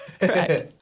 Correct